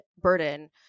burden